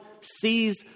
sees